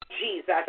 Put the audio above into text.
Jesus